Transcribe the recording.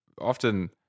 often